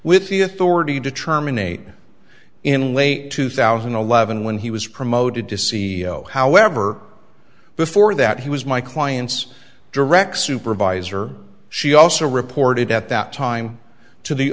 with the authority to terminate in late two thousand and eleven when he was promoted to see however before that he was my client's direct supervisor she also reported at that time to the